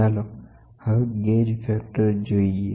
ચાલો હવે gauge factor જોઈએ